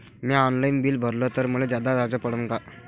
म्या online bill भरलं तर मले जादा चार्ज पडन का?